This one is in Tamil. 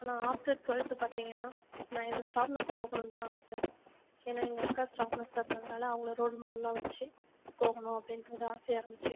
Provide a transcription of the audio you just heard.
ஆனால் ஆஃப்டர் டுவல்த்து பார்த்தீங்கன்னா நான் எனக்கு ஸ்டாஃப் நர்ஸ் போகனும்னுதா ஆசை ஏன்னால் எங்கள் அக்கா ஸ்டாஃப் நர்ஸாக இருந்ததனால அவங்களை ரோல்மாடலா வச்சு போகனும் அப்படின்றது ஆசையாக இருந்துச்சு